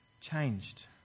changed